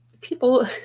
people